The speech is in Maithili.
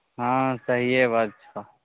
हँ सहिए बात छऽ